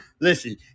Listen